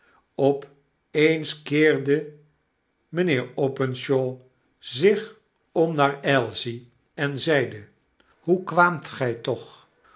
op eens keerde mynheer openshaw zich om naar ailsie en zeide hoe kwaamt gy toch